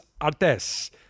Artes